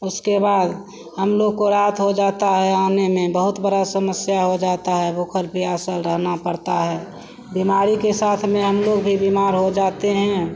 उसके बाद हमलोग को रात हो जाती है आने में बहुत बड़ी समस्या हो जाती है भूखे प्यासे रहना पड़ता है बीमारी के साथ में हमलोग भी बीमार हो जाते हैं